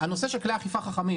הנושא השני זה משאבים.